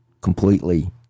completely